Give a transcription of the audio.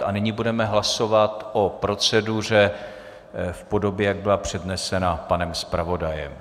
A nyní budeme hlasovat o proceduře v podobě, jak byla přednesena panem zpravodajem.